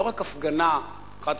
לא רק הפגנה חד-פעמית,